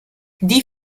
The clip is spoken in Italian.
die